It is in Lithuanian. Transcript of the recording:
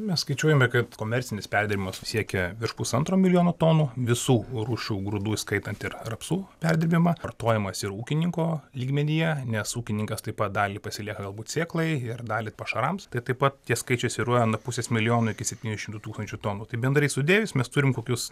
mes skaičiuojame kad komercinis perdirbimas siekia virš pusantro milijono tonų visų rūšių grūdų įskaitant ir rapsų perdirbimą vartojamas ir ūkininko lygmenyje nes ūkininkas taip pat dalį pasilieka galbūt sėklai ir dalį pašarams tai taip pat tie skaičiai svyruoja nuo pusės milijono iki septynių šimtų tūkstančių tonų tai bendrai sudėjus mes turim kokius